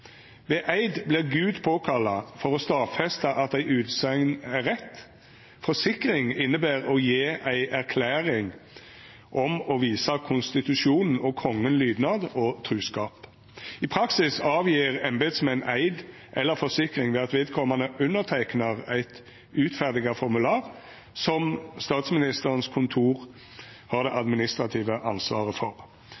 Ved eid blir Gud påkalla for å stadfesta at ei utsegn er rett. Forsikring inneber å gje ei erklæring om å visa konstitusjonen og Kongen lydnad og truskap. I praksis gjer embetsmenn eid eller gjev forsikring ved at vedkomande underteiknar eit utferda formular, som Statsministerens kontor har det